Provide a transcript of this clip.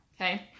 okay